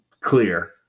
clear